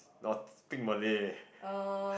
not thing Malay